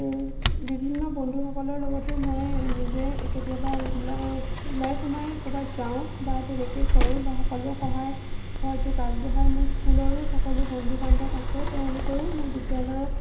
বিভিন্ন বন্ধুসকলৰ লগতো মই নিজে কেতিয়াবা ওলাই ওলাই সোমাই ক'ৰবাত যাওঁ বা তেনেকে কৰোঁ বা সকলোৱে সহায় সহযোগ আগবঢ়ায় মোৰ স্কুলৰো সকলো বন্ধু বান্ধৱ আছে তেওঁলোকেও মোৰ বিদ্যালয়ৰ